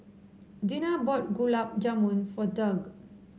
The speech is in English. Dina bought Gulab Jamun for Doug